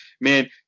man